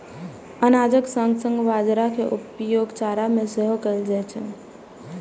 अनाजक संग संग बाजारा के उपयोग चारा मे सेहो कैल जाइ छै